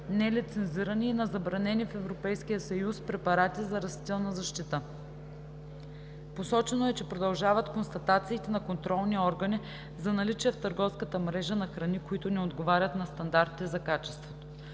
нелицензирани и на забранени в Европейския съюз препарати за растителна защита. Посочено е, че продължават констатациите на контролни органи за наличие в търговската мрежа на храни, които не отговарят на стандартите за качество.